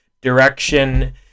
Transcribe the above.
direction